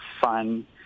fun